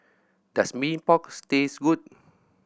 does Mee Pok taste good